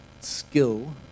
skill